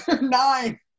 nine